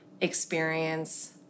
experience